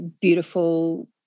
beautiful